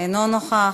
אינו נוכח.